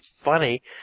funny